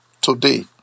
today